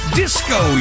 disco